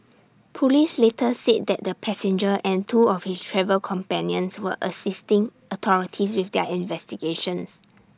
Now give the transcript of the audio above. Police later said that the passenger and two of his travel companions were assisting authorities with their investigations